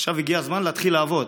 עכשיו הגיע הזמן להתחיל לעבוד.